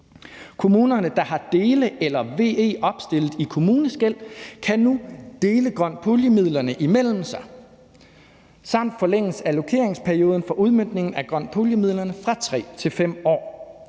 Kommunerne, der har VE-anlæg opstillet i kommuneskel, kan nu dele grøn pulje-midlerne imellem sig. Samtidig forlænges allokeringsperioden for udmøntningen af grøn pulje-midlerne fra 3 til 5 år.